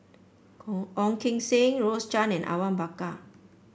Ong Keng Sen Rose Chan and Awang Bakar